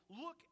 look